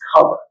cover